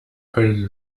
hölle